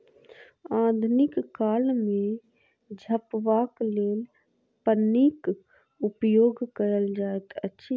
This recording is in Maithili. आधुनिक काल मे झपबाक लेल पन्नीक उपयोग कयल जाइत अछि